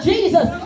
Jesus